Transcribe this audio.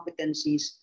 competencies